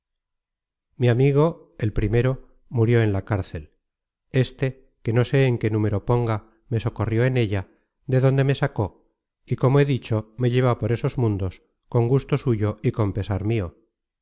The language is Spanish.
mi amigo el primero murió en la cárcel éste que no sé en qué número ponga me socorrió en ella de donde me sacó y como he dicho me lleva por esos mundos con gusto suyo y con pesar mio